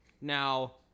Now